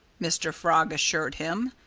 mr. frog assured him.